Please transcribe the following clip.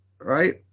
Right